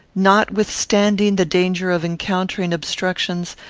notwithstanding the danger of encountering obstructions,